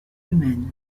humaine